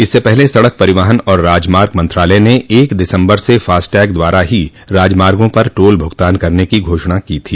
इससे पहले सड़क परिवहन और राजमार्ग मंत्रालय ने एक दिसम्बर से फास्टैग द्वारा ही राजमार्गों पर टोल भूगतान करने की घोषणा की थी